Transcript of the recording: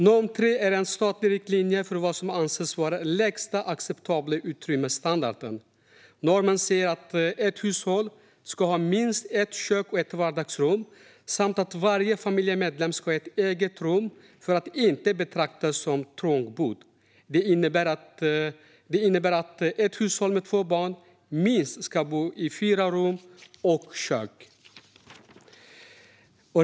Norm 3 är en statlig riktlinje för vad som anses vara lägsta acceptabla utrymmesstandard. Normen säger att ett hushåll ska ha minst ett kök och ett vardagsrum samt att varje familjemedlem ska ha eget rum för att hushållet inte ska betraktas som trångbott. Det innebär att ett hushåll med två barn ska bo i minst fyra rum och kök.